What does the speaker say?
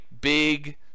big